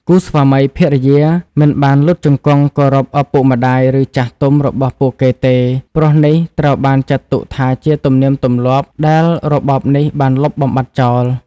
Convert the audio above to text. គូស្វាមីភរិយាមិនបានលុតជង្គង់គោរពឪពុកម្តាយឬចាស់ទុំរបស់ពួកគេទេ ព្រោះនេះត្រូវបានចាត់ទុកថាជាទំនៀមទម្លាប់ដែលរបបនេះបានលុបបំបាត់ចោល។